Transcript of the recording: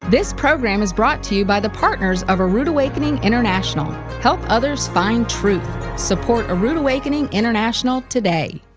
this program is brought to you by the partners of a rood awakening international. help others find truth. support a rood awakening international today.